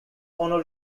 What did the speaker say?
ono